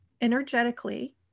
energetically